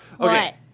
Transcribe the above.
Okay